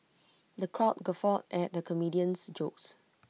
the crowd guffawed at the comedian's jokes